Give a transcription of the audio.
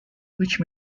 which